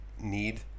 need